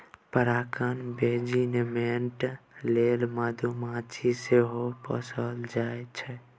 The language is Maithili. परागण मेनेजमेन्ट लेल मधुमाछी सेहो पोसल जाइ छै